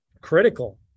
critical